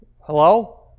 Hello